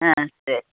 ஆ சரி